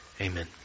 Amen